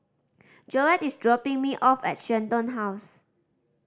Joette is dropping me off at Shenton House